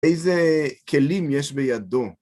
איזה כלים יש בידו?